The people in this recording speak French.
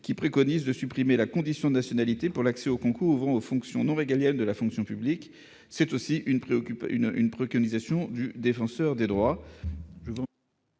qui préconise de supprimer la condition de nationalité pour l'accès aux concours ouvrant aux fonctions non régaliennes de la fonction publique. C'est aussi une préconisation du Défenseur des droits.